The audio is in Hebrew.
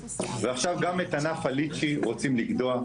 ועכשיו גם את ענף הליצ'י רוצים לגדוע?